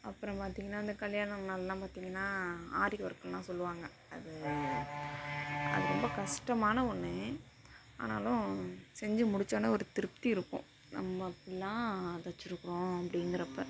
அப்புறம் பார்த்திங்கன்னா அந்த கல்யாணம் நாளெலாம் பார்த்திங்கன்னா ஆரி ஒர்க்குனெலாம் சொல்லுவாங்க அது அது ரொம்ப கஷ்டமான ஒன்று ஆனாலும் செஞ்சு முடித்தோன ஒரு திருப்தி இருக்கும் நம்ம இப்படிலாம் தைச்சிருக்குறோம் அப்படிங்கிறப்ப